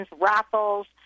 raffles